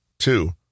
Two